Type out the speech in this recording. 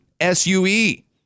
S-U-E